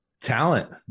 Talent